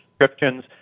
descriptions